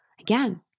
Again